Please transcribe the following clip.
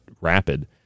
rapid